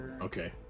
Okay